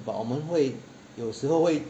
but 我们会有时候会